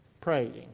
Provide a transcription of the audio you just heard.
praying